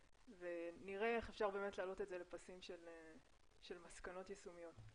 ונראה איך אפשר להעלות את זה לפסים של מסקנות יישומיות.